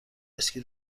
اسکی